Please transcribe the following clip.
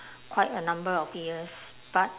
quite a number of years but